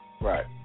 Right